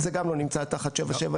זה גם לא נמצא תחת 7.7 ה'.